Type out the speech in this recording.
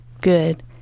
good